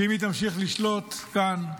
שאם היא תמשיך לשלוט כאן,